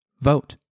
vote